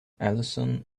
allison